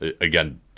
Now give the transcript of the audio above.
again